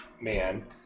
man